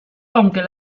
aunque